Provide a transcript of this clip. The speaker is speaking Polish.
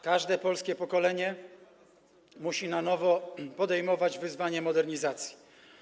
Każde polskie pokolenie musi na nowo podejmować wyzwanie dotyczące modernizacji.